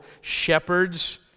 shepherds